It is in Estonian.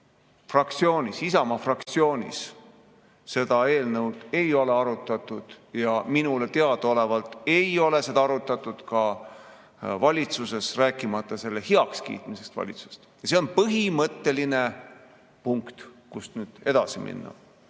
aastal –, et Isamaa fraktsioonis seda eelnõu ei ole arutatud ja minule teadaolevalt ei ole seda arutatud ka valitsuses, rääkimata selle heakskiitmisest valitsuses. See on põhimõtteline punkt, kust edasi minna.